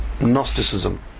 Gnosticism